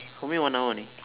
for me one hour only